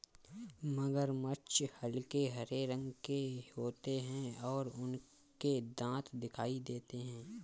मगरमच्छ हल्के हरे रंग के होते हैं और उनके दांत दिखाई देते हैं